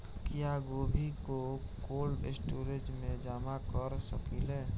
क्या गोभी को कोल्ड स्टोरेज में जमा कर सकिले?